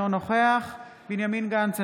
אינו נוכח בנימין גנץ,